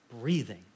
breathing